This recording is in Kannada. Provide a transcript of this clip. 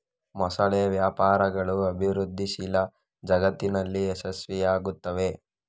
ಮೊಸಳೆ ವ್ಯಾಪಾರಗಳು ಅಭಿವೃದ್ಧಿಶೀಲ ಜಗತ್ತಿನಲ್ಲಿ ಯಶಸ್ವಿಯಾಗುತ್ತವೆ